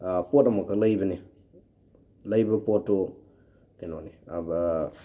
ꯄꯣꯠ ꯑꯃꯈꯛ ꯂꯩꯕꯅꯤ ꯂꯩꯕ ꯄꯣꯠꯇꯨ ꯀꯩꯅꯣꯅꯤ